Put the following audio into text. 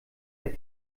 der